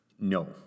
No